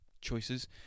choices